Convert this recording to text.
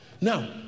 Now